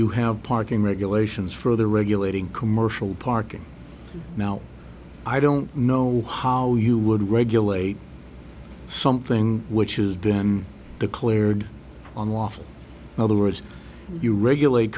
you have parking regulations for the regulating commercial parking now i don't know how you would regulate something which has been declared on law for other words you regulate